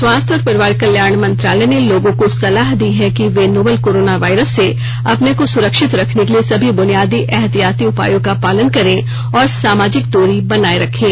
स्वास्थ्य और परिवार कल्याण मंत्रालय ने लोगों को सलाह दी है कि वे नोवल कोरोना वायरस से अपने को सुरक्षित रखने के लिए सभी बुनियादी एहतियाती उपायों का पालन करें और सामाजिक दूरी बनाए रखें